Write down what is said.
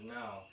now